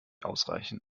ausreichend